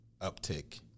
uptick